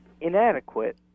inadequate